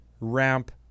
Ramp